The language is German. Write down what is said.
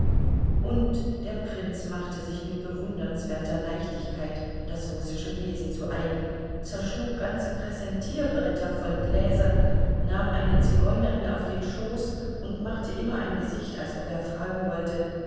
und der prinz machte sich mit bewundernswerter leichtigkeit das russische wesen zu eigen zerschlug ganze präsentierbretter voll gläser nahm eine zigeunerin auf den schoß und machte immer ein gesicht als ob er fragen wollte